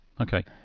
Okay